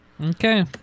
Okay